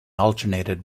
alternated